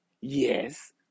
Yes